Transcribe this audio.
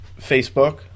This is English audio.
Facebook